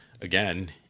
again